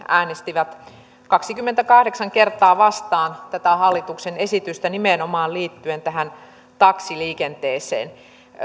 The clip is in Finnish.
äänestivät kaksikymmentäkahdeksan kertaa tätä hallituksen esitystä vastaan liittyen nimenomaan taksiliikenteeseen